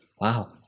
wow